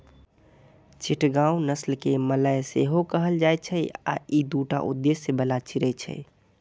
चिटगांव नस्ल कें मलय सेहो कहल जाइ छै आ ई दूटा उद्देश्य बला चिड़ै छियै